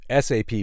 SAP